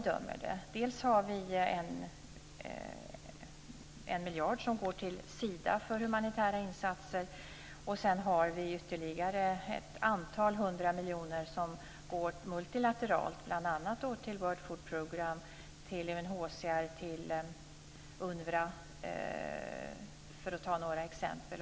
Dels går 1 miljard kronor till Sida för humanitära insatser, dels går ett antal hundra miljoner multilateralt bl.a. till World Food Programme, UNHCR och UNWRA.